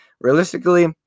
realistically